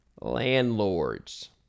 landlords